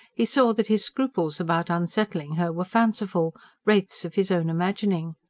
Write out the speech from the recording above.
he saw that his scruples about unsettling her were fanciful wraiths of his own imagining.